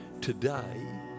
Today